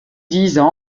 disent